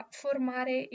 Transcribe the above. formare